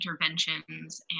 interventions